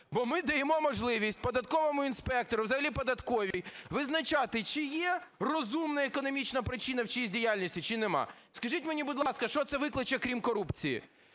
бо ми даємо можливість податковому інспектору, взагалі податковій, визначати, чи є розумна економічна причина в чиїсь діяльності, чи нема. Скажіть мені, будь ласка, що це викличе, крім корупції?